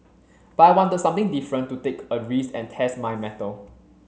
but I wanted something different to take a risk and test my mettle